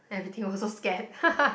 everything also scared